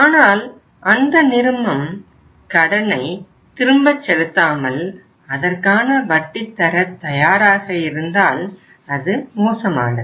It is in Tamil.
ஆனால் அந்த நிறுமம் கடனை திரும்பசெலுத்தாமல் அதற்கான வட்டி தர தயாராக இருந்தால் அது மோசமானது